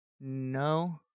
no